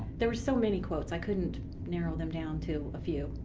there were so many quotes i couldn't narrow them down to a few.